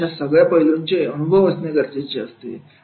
त्याला अशा सगळ्या पैलूंचे अनुभव असणे गरजेचे असते